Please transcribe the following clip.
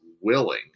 willing